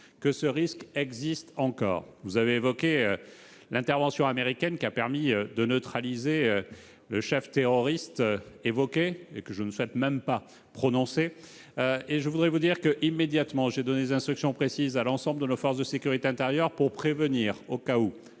qu'il existe encore. Vous avez évoqué l'intervention américaine, qui a permis de neutraliser le chef terroriste dont je ne souhaite même pas prononcer le nom. J'ai immédiatement donné des instructions précises à l'ensemble de nos forces de sécurité intérieure pour prévenir, au cas où,